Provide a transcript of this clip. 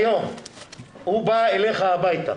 היום הוא בא אלי הביתה,